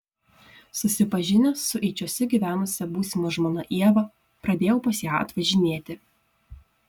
susipažinęs su eičiuose gyvenusia būsima žmona ieva pradėjau pas ją atvažinėti